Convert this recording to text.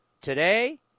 today